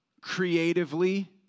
Creatively